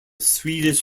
swedish